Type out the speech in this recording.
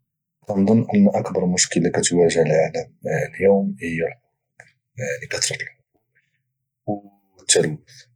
اظن ان اكبر مشكله كتواجه العالم اليوم هي الحروب يعني كثره الحروب والتلوث